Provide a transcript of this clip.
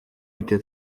мэдээ